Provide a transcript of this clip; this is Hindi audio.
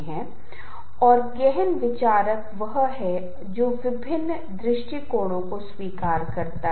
जब आप किसी चीज को सूंघते हैं तो आपको लगता है कि गंध एक स्रोत से जुड़ी है